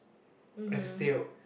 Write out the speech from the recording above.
a sale